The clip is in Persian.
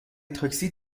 تاکسی